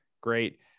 Great